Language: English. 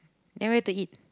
then where to eat